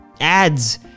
ads